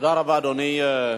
תודה רבה, אדוני.